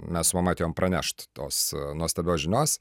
mes su mama atėjom pranešt tos nuostabios žinios